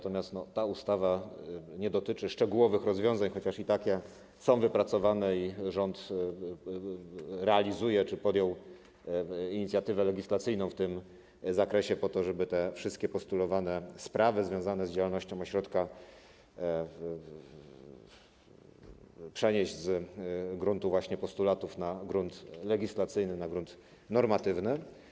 Ta ustawa nie dotyczy szczegółowych rozwiązań, chociaż i takie są wypracowane i rząd realizuje, czy też podjął, inicjatywę legislacyjną w tym zakresie po to, żeby wszystkie postulowane sprawy związane z działalnością ośrodka przenieść z gruntu postulatów na grunt legislacyjny, na grunt normatywny.